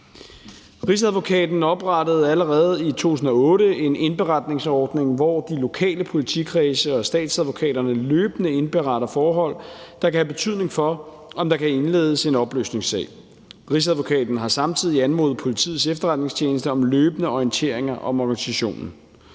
Rigsadvokaten oprettede allerede i 2008 en indberetningsordning, hvor de lokale politikredse og statsadvokaterne løbende indberetter forhold, der kan have betydning for, om der kan indledes en opløsningssag. Rigsadvokaten har samtidig anmodet Politiets Efterretningstjeneste om løbende orienteringer om organisationen.